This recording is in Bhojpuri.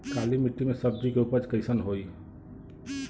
काली मिट्टी में सब्जी के उपज कइसन होई?